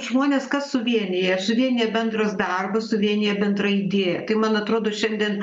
žmones kas suvienija suvienija bendras darbas suvienija bendra idėja tai man atrodo šiandien